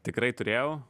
tikrai turėjau